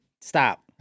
stop